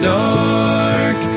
dark